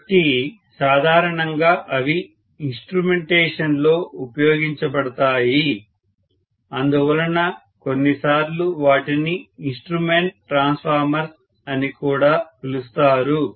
కాబట్టి సాధారణంగా అవి ఇన్స్ట్రుమెంటేషన్లో ఉపయోగించబడతాయి అందువలన కొన్నిసార్లు వాటిని ఇన్స్ట్రుమెంట్ ట్రాన్స్ఫార్మర్స్ అని కూడా పిలుస్తారు